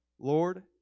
Lord